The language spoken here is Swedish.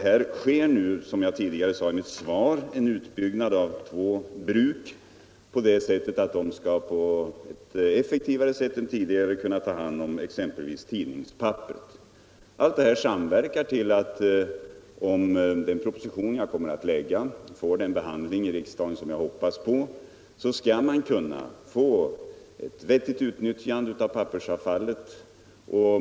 Här sker nu, som jag tidigare sade i mitt svar, en utbyggnad av två bruk så att de på ett effektivare sätt än tidigare skall kunna ta hand om exempelvis tidningspapper. Allt detta samverkar till att — om den proposition som jag kommer att lägga får den behandling i riksdagen som jag hoppas på — man skall kunna få ett vettigt utnyttjande av pappersavfallet.